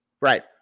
right